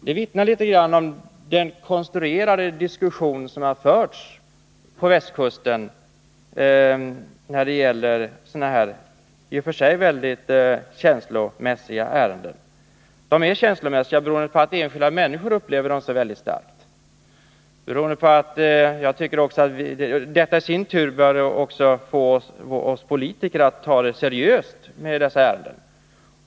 Det vittnar litet om den konstruerade diskussion som har förts på västkusten när det gällt sådana här i och för sig mycket känslomässiga ärenden. De är känslomässiga beroende på att enskilda människor upplever dem så starkt. Detta bör i sin tur få oss politiker att se seriöst på dessa ärenden.